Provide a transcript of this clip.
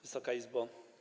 Wysoka Izbo!